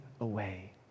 away